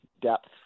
depth